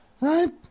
Right